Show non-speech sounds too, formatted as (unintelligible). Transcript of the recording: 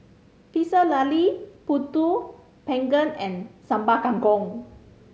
Pecel Lele (unintelligible) panggang and Sambal Kangkong